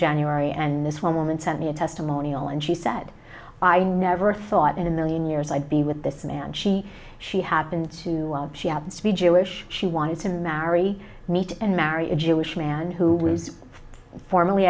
january and this one woman sent me a testimonial and she said i never thought in a million years i'd be with this man she she happens to she happens to be jewish she wanted to marry meet and marry a jewish man who was form